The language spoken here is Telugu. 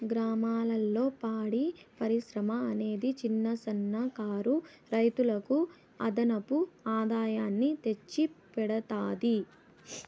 గ్రామాలలో పాడి పరిశ్రమ అనేది చిన్న, సన్న కారు రైతులకు అదనపు ఆదాయాన్ని తెచ్చి పెడతాది